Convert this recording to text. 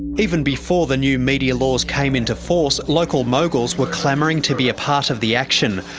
even before the new media laws came into force, local moguls were clamouring to be a part of the action.